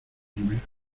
primero